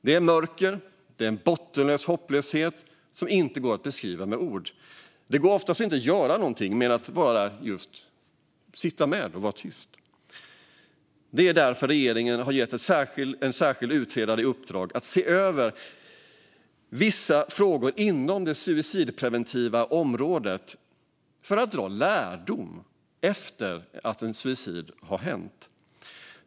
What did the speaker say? Det mörkret och den bottenlösa hopplösheten går inte att beskriva med ord. Det går oftast inte att göra någonting annat än att sitta där och vara tyst. Det är därför regeringen har gett en särskild utredare i uppdrag att se över vissa frågor inom det suicidpreventiva området för att dra lärdomar efter att ett suicid har hänt.